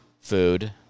Food